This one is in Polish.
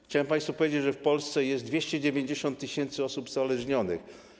Chciałem państwu powiedzieć, że w Polsce jest 290 tys. osób uzależnionych.